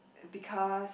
and because